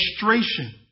frustration